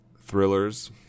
thrillers